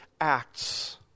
acts